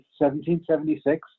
1776